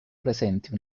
presenti